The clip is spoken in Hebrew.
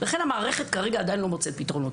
לכן המערכת כרגע עדיין לא מוצאת פתרונות.